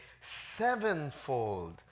sevenfold